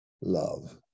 love